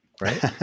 Right